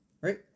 Right